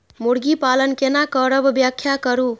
मुर्गी पालन केना करब व्याख्या करु?